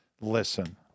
listen